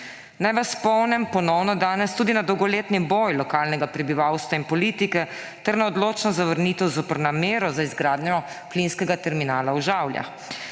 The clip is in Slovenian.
Naj vas danes ponovno spomnim tudi na dolgoletni boj lokalnega prebivalstva in politike ter na odločno zavrnitev zoper namero za izgradnjo plinskega terminala v Žavljah.